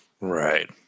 Right